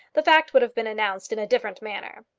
the fact would have been announced in a different manner.